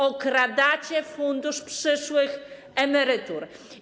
Okradacie fundusz przyszłych emerytur.